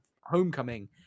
Homecoming